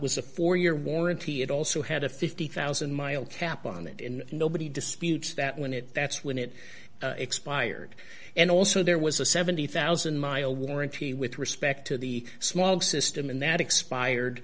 was a four year warranty it also had a fifty thousand mile cap on it and nobody disputes that when it that's when it expired and also there was a seventy thousand mile warranty with respect to the small system and that expired